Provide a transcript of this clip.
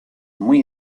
muy